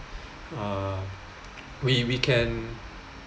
uh we we can